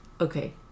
okay